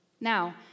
Now